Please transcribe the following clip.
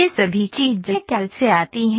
ये सभी चीजें कैड़ से आती हैं